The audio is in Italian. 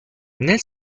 nel